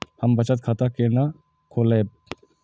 हम बचत खाता केना खोलैब?